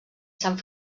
sant